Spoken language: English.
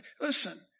Listen